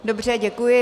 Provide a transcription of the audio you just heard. Dobře, děkuji.